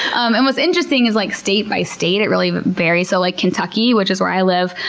um and what's interesting is, like state by state it really varies. so like kentucky, which is where i live,